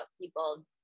people